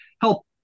help